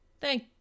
Thank